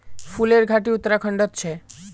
फूलेर घाटी उत्तराखंडत छे